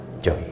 joy